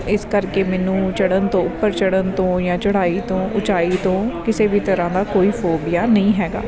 ਇਸ ਕਰਕੇ ਮੈਨੂੰ ਚੜ੍ਹਨ ਤੋਂ ਉੱਪਰ ਚੜ੍ਹਨ ਤੋਂ ਜਾਂ ਚੜ੍ਹਾਈ ਤੋਂ ਉੱਚਾਈ ਤੋਂ ਕਿਸੇ ਵੀ ਤਰ੍ਹਾਂ ਦਾ ਕੋਈ ਫੋਬੀਆ ਨਹੀਂ ਹੈਗਾ